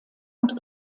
und